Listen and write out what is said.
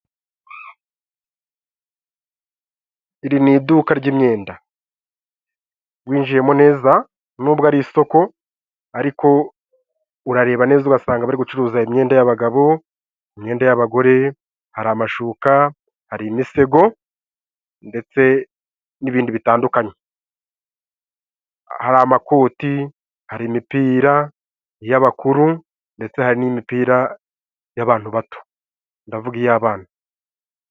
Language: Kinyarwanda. Iri ni iduka ry'imyenda, winjiyemo neza n'ubwo ari isoko, ariko urareba neza ugasanga bari gucuruza imyenda y'abagabo, imyenda y'abagore, hari amashuka, hari imisego ndetse n'ibindi, hari amakoti hari imipira y'abakuru, ndetse hari n'imipira y'abantu bato ndavuga iy'abana.